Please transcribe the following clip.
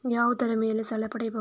ಯಾವುದರ ಮೇಲೆ ಸಾಲ ಪಡೆಯಬಹುದು?